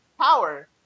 Power